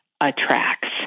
attracts